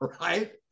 right